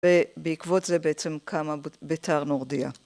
‫ובעקבות זה בעצם קמה בית"ר נורדיה.